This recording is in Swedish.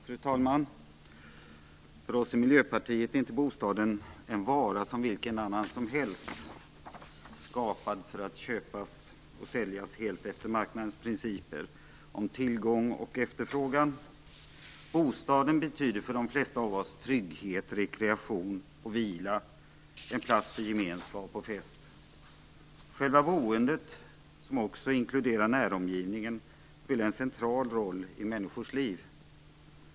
Fru talman! För oss i Miljöpartiet är bostaden inte en vara som vilken annan som helst skapad för att köpas och säljas helt efter marknadens principer om tillgång och efterfrågan. Bostaden betyder för de flesta av oss trygghet, rekreation och vila, en plats för gemenskap och fest. Själva boendet, som också inkluderar näromgivningen, spelar en central roll i människors liv.